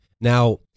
Now